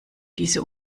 diese